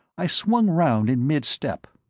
i swung round in mid-step.